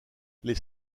les